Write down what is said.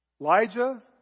Elijah